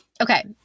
Okay